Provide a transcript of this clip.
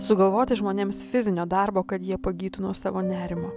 sugalvoti žmonėms fizinio darbo kad jie pagytų nuo savo nerimo